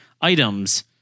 items